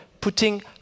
putting